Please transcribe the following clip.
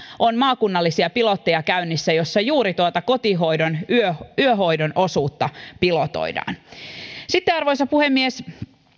on maakunnallisia pilotteja käynnissä joissa juuri tuota kotihoidon yöhoidon osuutta pilotoidaan sitten arvoisa puhemies